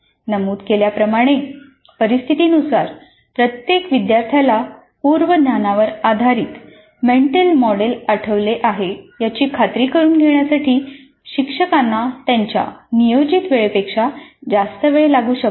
नमूद केल्याप्रमाणे परिस्थितीनुसार प्रत्येक विद्यार्थ्याला पूर्व ज्ञानावर आधारित मेंटल मॉडेल आठवलेले आहे याची खात्री करून घेण्यासाठी शिक्षकांना त्याच्या नियोजित वेळेपेक्षा जास्त वेळ लागू शकतो